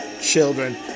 children